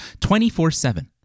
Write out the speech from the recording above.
24-7